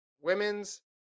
Women's